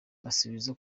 asubiza